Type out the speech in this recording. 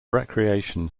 recreation